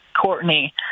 Courtney